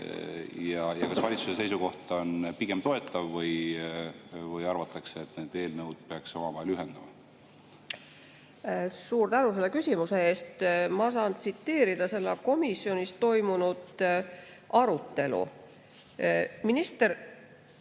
Ja kas valitsuse seisukoht on pigem toetav või arvatakse, et need eelnõud peaks omavahel ühendama? Suur tänu selle küsimuse eest! Ma saan tsiteerida komisjonis toimunud arutelu. Minister